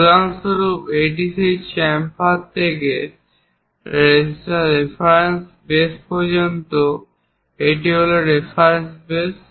উদাহরণস্বরূপ এবং এটি সেই চেম্ফার থেকে এই রেফারেন্স বেস পর্যন্ত এটি হল রেফারেন্স বেস